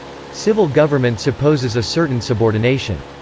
civil government supposes a certain subordination.